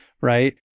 right